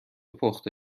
پخته